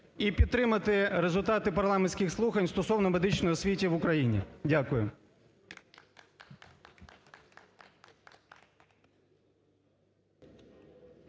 і підтримати результати парламентських слухань стосовно медичної освіти в Україні. Дякую.